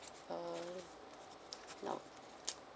uh now